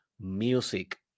Music